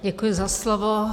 Děkuji za slovo.